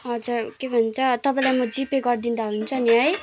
हजुर के भन्छ तपाईँलाई म जिपे गरिदिँदा हुन्छ नि है